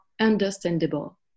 understandable